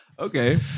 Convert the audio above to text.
okay